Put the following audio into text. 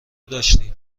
داشتیم